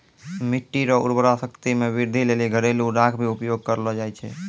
मिट्टी रो उर्वरा शक्ति मे वृद्धि लेली घरेलू राख भी उपयोग करलो जाय छै